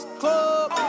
club